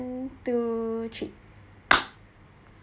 two three